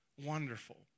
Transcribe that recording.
wonderful